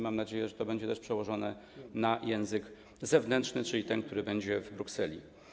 Mam nadzieję, że to będzie też przełożone na język zewnętrzny, czyli ten, który będzie w Brukseli.